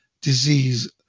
Disease